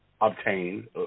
obtained